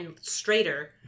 straighter